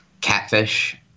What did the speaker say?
Catfish